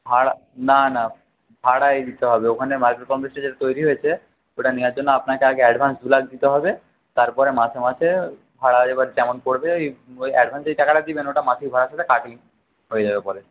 ভাড়া না না ভাড়াই দিতে হবে ওখানে মার্কেট কমপ্লেক্সটা যেটা তৈরি হয়েছে ওটা নেওয়ার জন্য আপনাকে আগে অ্যাডভান্স দু লাখ দিতে হবে তারপরে মাসে মাসে ভাড়া এবার যেমন পড়বে ওই অ্যাডভান্স যে টাকাটা দেবেন ওটা মাসের ভাড়ার সাথে কাটিং হয়ে যাবে পরে